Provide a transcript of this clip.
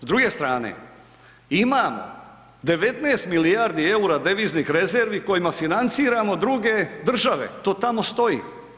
S druge strane imamo 19 milijardi eura deviznih rezervi kojima financiramo druge države, to tamo stoji.